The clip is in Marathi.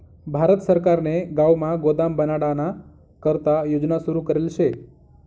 भारत सरकारने गावमा गोदाम बनाडाना करता योजना सुरू करेल शे